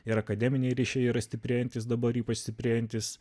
ir akademiniai ryšiai yra stiprėjantys dabar ypač stiprėjantys